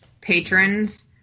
patrons